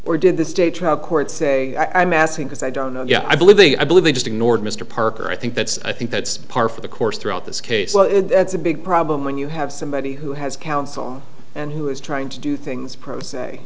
or did the state trial court say i'm asking because i don't know yet i believe the i believe they just ignored mr parker i think that's i think that's par for the course throughout this case that's a big problem when you have somebody who has counsel and who is trying to do things pro s